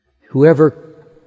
whoever